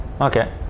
Okay